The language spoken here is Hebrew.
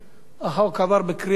החוק עבר בקריאה שנייה.